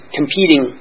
competing